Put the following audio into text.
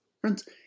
Friends